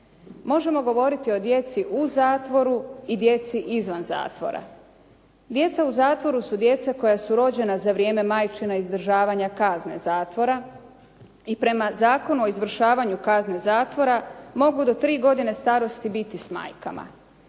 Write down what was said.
Možemo govoriti o djeci u zatvoru i djeci izvan zatvora. Djeca u zatvoru su djeca koja su rođena za vrijeme majčina izdržavanja kazne zatvora i prema Zakonu o izvršavanju kazne zatvora mogu do tri godine starosti biti s majkama.